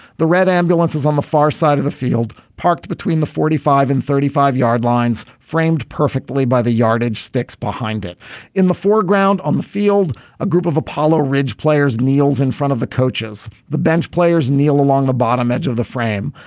the red ambulance is on the far side of the field parked between the forty five and thirty five yard lines. framed perfectly by the yardage sticks behind it in the foreground on the field a group of apollo ridge players kneels in front of the coaches the bench players kneel along the bottom edge of the frame.